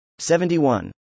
71